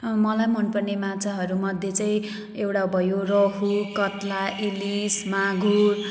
मलाई मनपर्ने माछाहरू मध्ये चाहिँ एउटा भयो रहु कत्ला इलिस मागुर